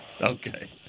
Okay